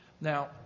Now